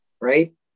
right